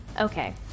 Okay